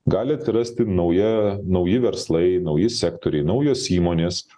gali atsirasti nauja nauji verslai nauji sektoriai naujos įmonės